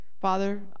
Father